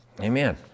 Amen